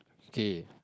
K